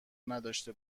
نداشته